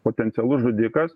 potencialus žudikas